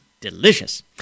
delicious